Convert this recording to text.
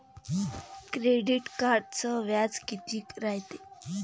Credit कार्डचं व्याज कितीक रायते?